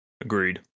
Agreed